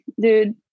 dude